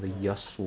mm